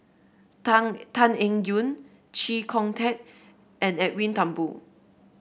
Tan Tan Eng Yoon Chee Kong Tet and Edwin Thumboo